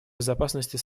безопасности